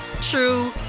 true